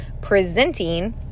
presenting